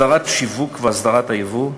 הסדרת השיווק והסדרת הייבוא.